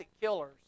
killers